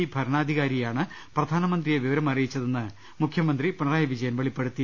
E ഭര ണാധികാരിയാണ് പ്രധാനമന്ത്രിയെ വിവരമറിയിച്ചതെന്ന് മുഖ്യമന്ത്രി പിണറായി വിജയൻ വെളിപ്പെടുത്തി